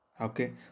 okay